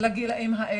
לגילאים האלה.